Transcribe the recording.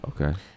okay